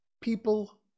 People